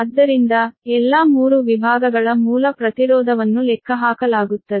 ಆದ್ದರಿಂದ ಎಲ್ಲಾ 3 ವಿಭಾಗಗಳ ಮೂಲ ಪ್ರತಿರೋಧವನ್ನು ಲೆಕ್ಕಹಾಕಲಾಗುತ್ತದೆ